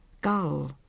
gull